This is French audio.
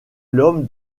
l’homme